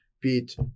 beat